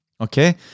Okay